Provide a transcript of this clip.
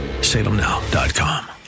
salemnow.com